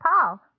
Paul